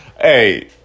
Hey